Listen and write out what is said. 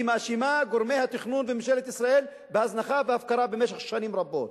היא מאשימה את גורמי התכנון וממשלת ישראל בהזנחה והפקרה במשך שנים רבות.